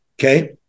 okay